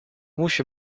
musi